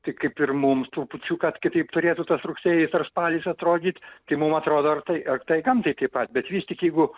tai kaip ir mums trupučiuką kitaip turėtų tas rugsėjis ar spalis atrodyt tai mum atrodo ar tai ar tai gamtai taip pat bet vis tik jeigu